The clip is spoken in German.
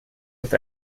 ist